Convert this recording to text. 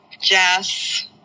jazz